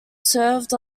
served